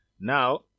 Now